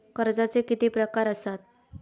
कर्जाचे किती प्रकार असात?